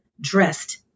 dressed